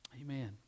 Amen